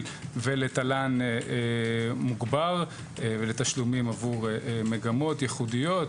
ולתל"ן מוגבר ולתשלומים עבור מגמות ייחודיות.